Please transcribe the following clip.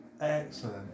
Excellent